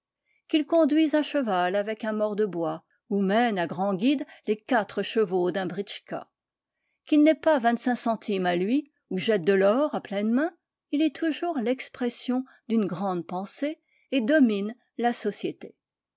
qu'il conduise un cheval avec un mors de bois ou mène à grandes guides les quatre chevaux d'un britschka qu'il n'ait pas vingt-cinq centimes à lui ou jette de l'or à pleines mains il est toujours l'expression d'une grande pensée et domine la société